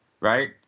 right